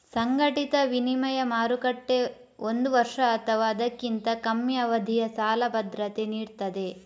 ಸಂಘಟಿತ ವಿನಿಮಯ ಮಾರುಕಟ್ಟೆ ಒಂದು ವರ್ಷ ಅಥವಾ ಅದಕ್ಕಿಂತ ಕಮ್ಮಿ ಅವಧಿಯ ಸಾಲ ಭದ್ರತೆ ನೀಡ್ತದೆ